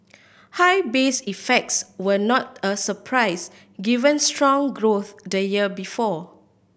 high base effects were not a surprise given strong growth the year before